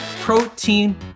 protein